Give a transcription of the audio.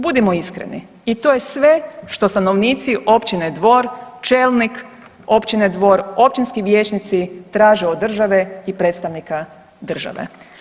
Budimo iskreni i to je sve što stanovnici općine Dvor, čelnik općine Dvor, općinski vijećnici traže od države i predstavnika države.